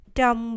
Trong